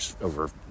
over